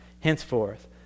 Henceforth